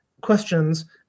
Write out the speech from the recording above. questions